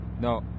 No